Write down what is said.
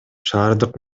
шаардык